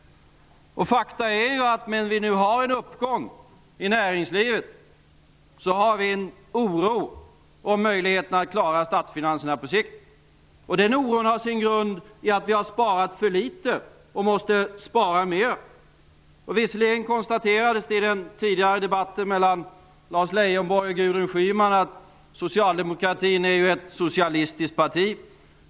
Faktum är att vi nu har en uppgång i näringslivet. Men vi har också en oro när det gäller möjligheterna att klara statsfinanserna på sikt. Den oron har sin grund i att vi har sparat för litet och måste spara mera. Visserligen konstaterades det i den tidigare debatten mellan Lars Leijonborg och Gudrun Schyman att socialdemokratin är ett socialistiskt parti.